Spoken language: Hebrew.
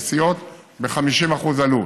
נסיעות ב-50% עלות.